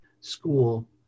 school